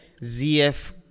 ZF